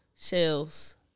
shells